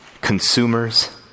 consumers